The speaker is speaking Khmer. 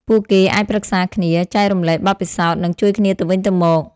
ពួកគេអាចប្រឹក្សាគ្នា ចែករំលែកបទពិសោធន៍ និងជួយគ្នាទៅវិញទៅមក។